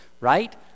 right